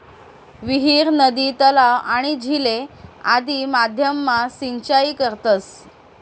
विहीर, नदी, तलाव, आणि झीले आदि माध्यम मा सिंचाई करतस